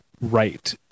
right